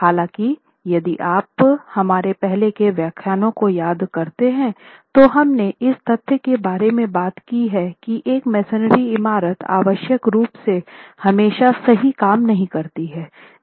हालाँकि यदि आप हमारे पहले के व्याख्यानों को याद करते हैं तो हमने इस तथ्य के बारे में बात की है कि एक मेसनरी इमारत आवश्यक रूप से हमेशा सही काम नहीं करती है